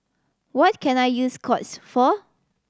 what can I use Scott's for